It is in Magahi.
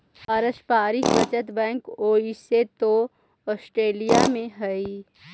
पारस्परिक बचत बैंक ओइसे तो ऑस्ट्रेलिया में हइ